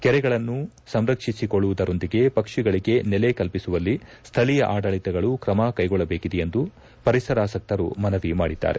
ಕೆರೆಗಳನ್ನು ಸಂರಕ್ಷಿಸಿಕೊಳ್ಳುವುದರೊಂದಿಗೆ ಪಕ್ಷಿಗಳಿಗೆ ನೆಲೆ ಕಲ್ಪಿಸುವಲ್ಲಿ ಸ್ವಳೀಯ ಆಡಳಿತಗಳು ಕ್ರಮ ಕೈಗೊಳ್ಳಬೇಕಿದೆ ಎಂದು ಪರಿಸರಾಸಕ್ತರು ಮನವಿ ಮಾಡಿದ್ದಾರೆ